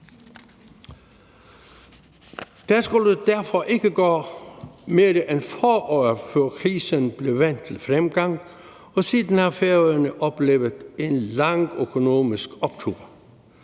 Der skulle derfor ikke gå mere end få år, før krisen blev vendt til fremgang, og siden har Færøerne oplevet en lang økonomisk optur.